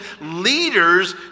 leaders